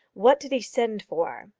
what did he send for?